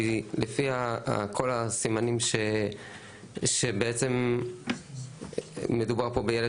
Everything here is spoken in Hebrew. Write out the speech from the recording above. כי לפי כל הסימנים שבעצם מדובר פה בילד